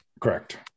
correct